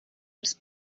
els